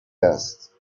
است